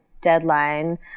deadline